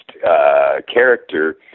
character